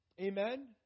Amen